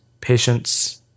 patience